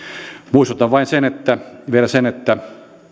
muistutan vielä sen että